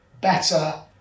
better